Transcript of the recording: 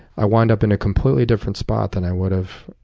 i wound up in a completely different spot than i would have,